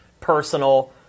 personal